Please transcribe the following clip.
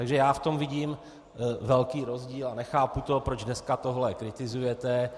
Takže já v tom vidím velký rozdíl a nechápu, proč dneska tohle kritizujete.